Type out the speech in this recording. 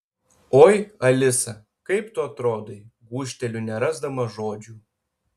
oi alisa kaip tu atrodai gūžteliu nerasdama žodžių